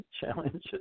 challenges